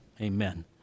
Amen